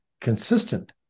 consistent